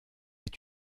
est